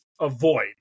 avoid